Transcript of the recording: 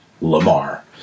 Lamar